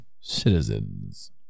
citizens